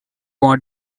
want